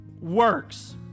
works